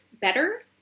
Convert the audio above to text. better